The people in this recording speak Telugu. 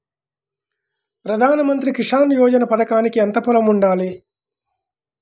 ప్రధాన మంత్రి కిసాన్ యోజన పథకానికి ఎంత పొలం ఉండాలి?